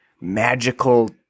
magical